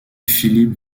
philipp